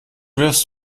wirfst